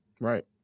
Right